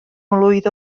mlwydd